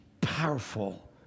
powerful